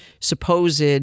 supposed